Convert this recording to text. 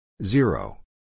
Zero